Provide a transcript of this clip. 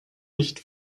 nicht